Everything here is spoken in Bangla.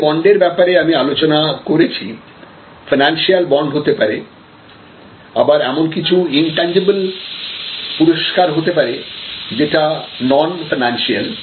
যে বন্ডের ব্যাপারে আমি আলোচনা করেছি ফাইন্যান্সিয়াল বন্ড হতে পারে আবার এমন কিছু ইনটেনজিবল পুরস্কার হতে পারে যেটা নন ফাইন্যান্সিয়াল